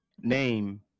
Name